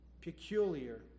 peculiar